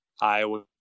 Iowa